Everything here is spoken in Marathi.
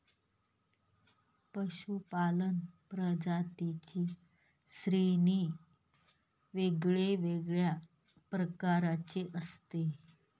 पशूपालन प्रजातींची श्रेणी वेगवेगळ्या प्रकारची असते